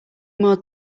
more